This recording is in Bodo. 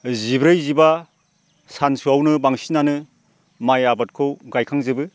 जिब्रै जिबा सानसुआवनो बांसिनानो माइ आबादखौ गायखांजोबो